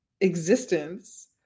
existence